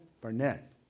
Barnett